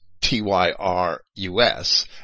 T-Y-R-U-S